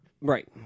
Right